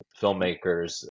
filmmakers